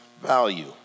value